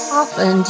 often